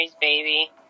Baby